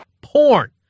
Porn